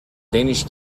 danish